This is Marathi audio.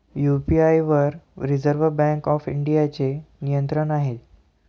यू.पी.आय वर रिझर्व्ह बँक ऑफ इंडियाचे नियंत्रण आहे